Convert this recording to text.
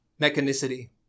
mechanicity